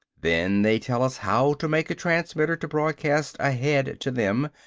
then they tell us how to make a transmitter to broadcast ahead to them.